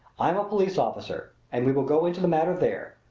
i am a police officer and we will go into the matter there.